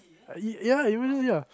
ya emergency